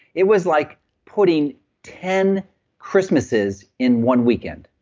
it was like putting ten christmases in one weekend,